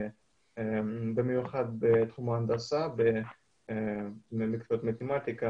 במיוחד בתחום ההנדסה ובמקצועות מתמטיקה,